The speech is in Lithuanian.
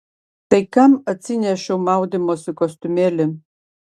tai kam atsinešiau maudymosi kostiumėlį